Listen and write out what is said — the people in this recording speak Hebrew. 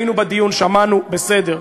היינו בדיון, שמענו, בסדר.